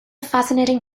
fascinating